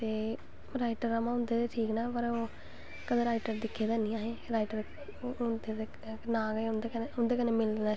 cutting इक मतलव पैह्लैं होंदा हा कि इरक मशीन होंदी ही अज्ज कल गौरमैंटा बड़ियां मशीनां कड्डी दियां बड़ियां ऐसियां मशीनां कड्डी दियां कि